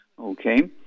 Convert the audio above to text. Okay